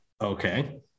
Okay